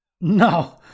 no